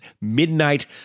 Midnight